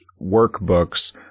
workbooks